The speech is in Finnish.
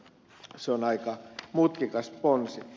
se on aika mutkikas ponsi